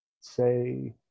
say